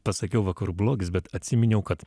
pasakiau vakarų blogis bet atsiminiau kad